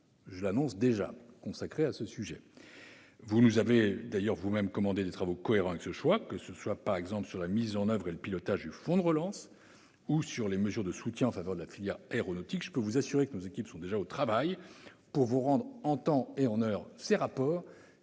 je l'annonce déjà -consacré à ce sujet. Vous nous avez d'ailleurs vous-mêmes commandé des travaux cohérents avec ce choix, que ce soit, par exemple, sur la mise en oeuvre et le pilotage du fonds de relance ou sur les mesures de soutien en faveur de la filière aéronautique. Je puis vous assurer que nos équipes sont déjà au travail pour vous rendre en temps et en heure ces rapports